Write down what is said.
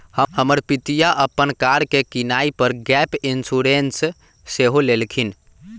हमर पितिया अप्पन कार के किनाइ पर गैप इंश्योरेंस सेहो लेलखिन्ह्